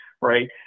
right